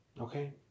Okay